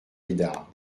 médard